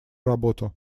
работу